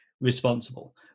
responsible